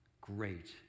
great